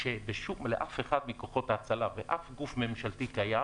כשלאף אחד מכוחות ההצלה באף גוף ממשלתי קיים